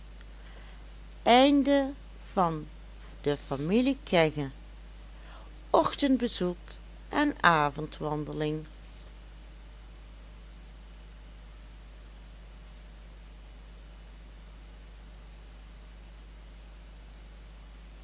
juffrouw henriette kegge ochtendbezoek en avondwandeling